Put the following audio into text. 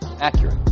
accurate